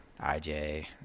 IJ